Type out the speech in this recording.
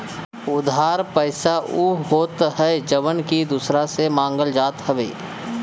उधार पईसा उ होत हअ जवन की दूसरा से मांगल जात हवे